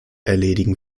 erledigen